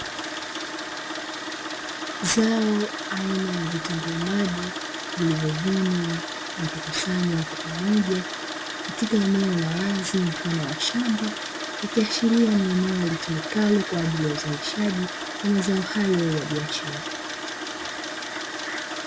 Zao aina ya vitunguu maji vilivyovunwa na kukusanywa kwa pamoja katika eneo la wazi mfano wa shamba, ikiashiria ni eneo litumikalo kwa ajili ya uzalishaji wa mazao hayo ya biashara.